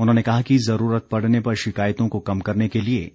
उन्होंने कहा कि जरूरत पड़ने पर शिकायतों को कम करने के लिए